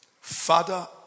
Father